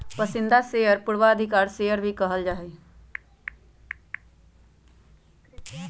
पसंदीदा शेयर के पूर्वाधिकारी शेयर भी कहल जा हई